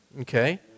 okay